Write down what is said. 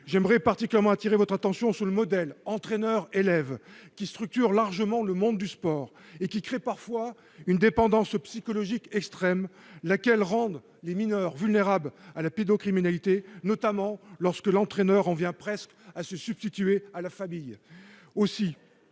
J'aimerais particulièrement attirer votre attention sur le modèle entraîneur-élève, qui structure largement le monde du sport et crée parfois une dépendance psychologique extrême, laquelle rend les mineurs vulnérables à la pédocriminalité, notamment lorsque l'entraîneur en vient presque à se substituer à la famille.